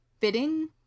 Fitting